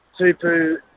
Tupu